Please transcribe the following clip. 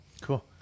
Cool